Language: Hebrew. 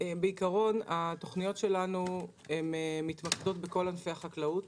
בעיקרון התוכניות שלנו מתמקדות בכל ענפי החקלאות.